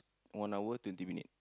one hour twenty minute